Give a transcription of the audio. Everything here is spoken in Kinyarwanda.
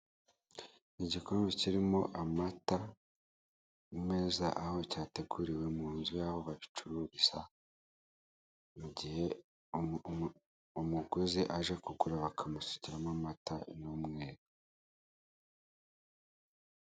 Igikombe kirimo amata , ku meza, aho cyateguriwe, mu nzu y'aho babicururiza, mu gihe umu, umu, umuguzi aje kukureba ukamusukiramo amata y'umweru.